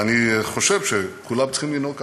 ואני חושב שכולם צריכים לנהוג ככה.